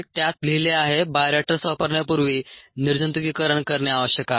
त्यात लिहिले आहे बायोरिएक्टर्स वापरण्यापूर्वी निर्जंतुकीकरण करणे आवश्यक आहे